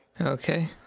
Okay